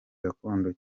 gakondo